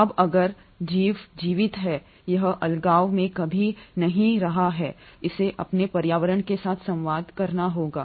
अब अगर ए जीव जीवित है यह अलगाव में कभी नहीं रह रहा है इसे अपने पर्यावरण के साथ संवाद करना होगा